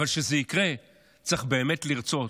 אבל כדי שזה יקרה צריך באמת לרצות,